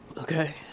Okay